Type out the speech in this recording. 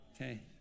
Okay